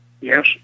Yes